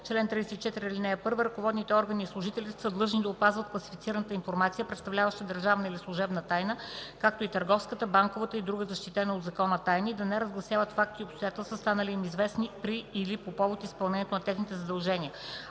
Чл. 34. (1) Ръководните органи и служителите са длъжни да опазват класифицираната информация, представляваща държавна или служебна тайна, както и търговската, банковата или друга защитена от закона тайна, и да не разгласяват факти и обстоятелства, станали им известни при или по повод на техните задължения.